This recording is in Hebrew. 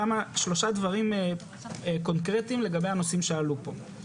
שלושה דברים קונקרטיים לגבי הנושאים שעלו פה.